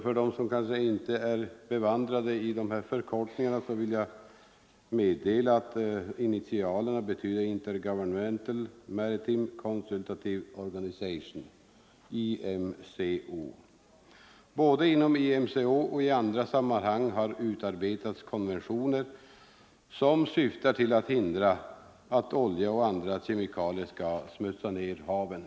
För dem som kanske Nr 129 inte är bevandrade i dessa förkortningar vill jag meddela att initialerna Onsdagen den betyder Intergovernmental Maritime Consultative Organisation. Både 27 november 1974 inom IMCO och i andra sammanhang har utarbetats konventioner som syftar till att hindra att olja och andra kemikalier skall smutsa ned haven.